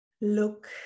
look